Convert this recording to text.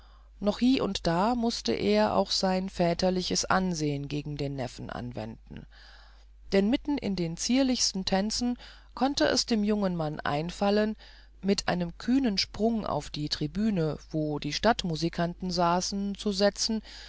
doch hie und da mußte er auch sein väterliches ansehen gegen den neffen anwenden denn mitten in den zierlichsten tänzen konnte es dem jungen mann einfallen mit einem kühnen sprung auf die tribüne wo die stadtmusikanten saßen zu setzen